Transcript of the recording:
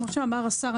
כמו שאמר השר,